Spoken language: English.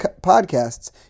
podcasts